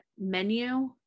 menu